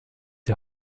die